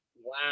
Wow